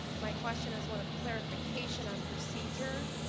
my question is one of clarification on procedure.